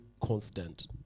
constant